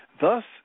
Thus